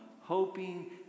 hoping